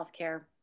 healthcare